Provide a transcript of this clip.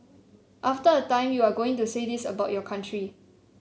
after a time you are going to say this about your country